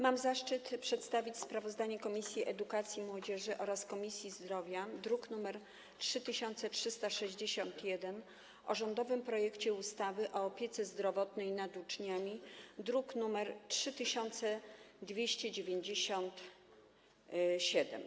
Mam zaszczyt przedstawić sprawozdanie Komisji Edukacji, Nauki i Młodzieży oraz Komisji Zdrowia, druk nr 3361, o rządowym projekcie ustawy o opiece zdrowotnej nad uczniami, druk nr 3297.